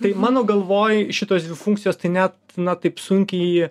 tai mano galvoj šitos dvi funkcijos tai net na taip sunkiai